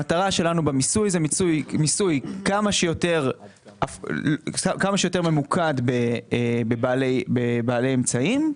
המטרה שלנו היא לעשות מיסוי כמה שיותר ממוקד בבעלי אמצעים,